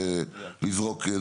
לזרוק,